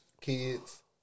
kids